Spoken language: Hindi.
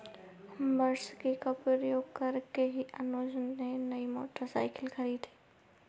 वार्षिकी का प्रयोग करके ही अनुज ने नई मोटरसाइकिल खरीदी